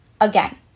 Again